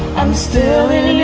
um still